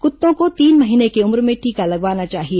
कुत्तों को तीन महीने की उम्र में टीका लगवाना चाहिए